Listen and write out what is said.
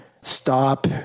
stop